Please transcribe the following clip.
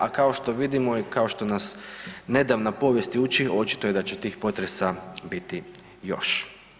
A kao što vidimo i kao što nas nedavna povijest uči očito je da će tih potresa biti još.